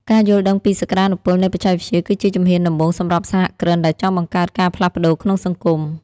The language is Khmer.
ការយល់ដឹងពីសក្ដានុពលនៃបច្ចេកវិទ្យាគឺជាជំហានដំបូងសម្រាប់សហគ្រិនដែលចង់បង្កើតការផ្លាស់ប្តូរក្នុងសង្គម។